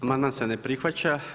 Amandman se ne prihvaća.